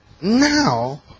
Now